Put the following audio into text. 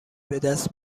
بدست